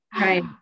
right